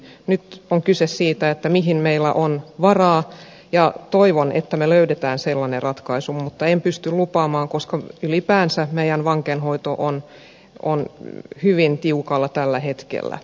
nyt on kyse siitä mihin meillä on varaa ja toivon että me löydämme sellaisen ratkaisun mutta en pysty lupaamaan koska ylipäänsä meidän vankeinhoitomme on hyvin tiukalla tällä hetkellä